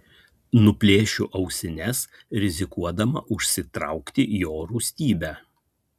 nuplėšiu ausines rizikuodama užsitraukti jo rūstybę